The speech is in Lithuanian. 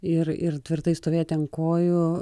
ir ir tvirtai stovėti ant kojų